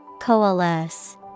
Coalesce